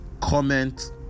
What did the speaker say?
comment